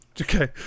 Okay